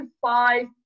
five